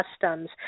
customs